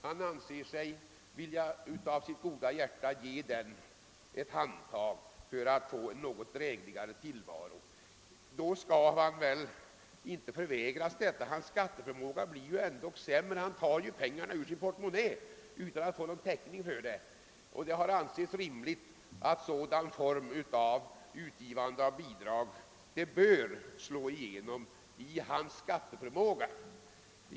Vill denne givare av sitt goda hjärta ge sin släkting ett handtag till en något drägligare tillvaro skall han väl inte förvägras detta. Hans skatteförmåga blir härigenom lägre, han tar ju pengarna ur sin portmonnä utan att få någon täckning för dem. Det har ansetts rimligt att sådan form av utgivande av bidrag bör slå igenom i hans skatteförmåga.